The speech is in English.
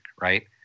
right